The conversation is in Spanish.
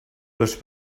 los